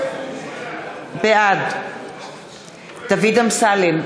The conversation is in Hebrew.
בעד דוד אמסלם,